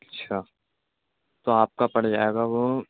اچھا تو آپ کا پڑ جائے گا وہ